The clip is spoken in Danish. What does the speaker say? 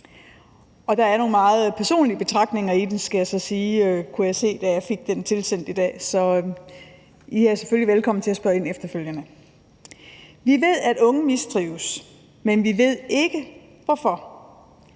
Vi ved, at unge mistrives, men vi ved ikke hvorfor.